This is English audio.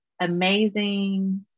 amazing